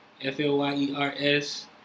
F-L-Y-E-R-S